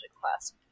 class